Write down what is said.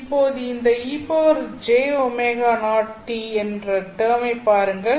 இப்போது இந்த ejω0t என்ற டெர்மைப் பாருங்கள்